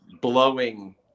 blowing